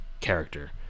character